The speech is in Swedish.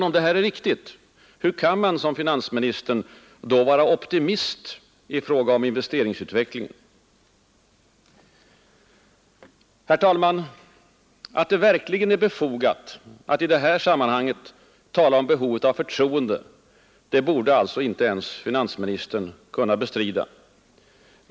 Om det är riktigt, hur kan man — som finansministern — då vara optimist i fråga om investeringsutvecklingen? Herr talman! Att det verkligen är befogat att i detta sammanhang tala om behovet av förtroende borde alltså inte ens finansministern kunna bestrida.